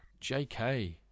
JK